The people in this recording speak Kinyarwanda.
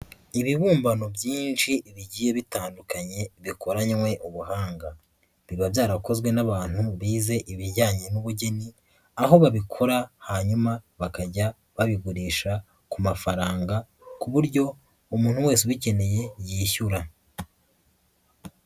Ibibumbano byinshi bigiye bitandukanye bikoranywe ubuhanga biba byarakozwe n'abantu bize ibijyanye n'ubugeni aho babikora hanyuma bakajya babigurisha ku mafaranga ku buryo umuntu wese ubikeneye yishyura.